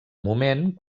moment